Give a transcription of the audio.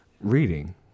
reading